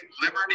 Liberty